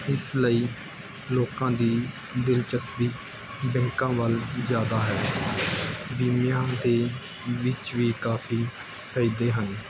ਇਸ ਲਈ ਲੋਕਾਂ ਦੀ ਦਿਲਚਸਪੀ ਬੈਂਕਾਂ ਵੱਲ ਜ਼ਿਆਦਾ ਹੈ ਬੀਮਿਆਂ ਦੇ ਵਿੱਚ ਵੀ ਕਾਫ਼ੀ ਫ਼ਾਇਦੇ ਹਨ